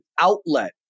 outlet